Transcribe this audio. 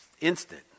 instant